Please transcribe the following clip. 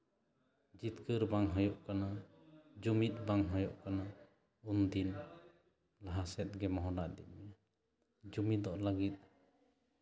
ᱡᱤᱛᱠᱟᱹᱨ ᱵᱟᱝ ᱦᱩᱭᱩᱜ ᱠᱟᱱᱟ ᱡᱩᱢᱤᱛ ᱵᱟᱝ ᱦᱩᱭᱩᱜ ᱠᱟᱱᱟ ᱩᱱᱫᱤᱱ ᱞᱟᱦᱟ ᱥᱮᱜ ᱜᱮ ᱢᱚᱦᱰᱟ ᱤᱫᱤᱜ ᱢᱮ ᱡᱩᱢᱤᱫᱚᱜ ᱞᱟᱹᱜᱤᱫ